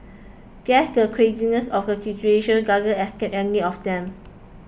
guess the craziness of the situation doesn't escape any of them